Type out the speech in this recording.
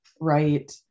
Right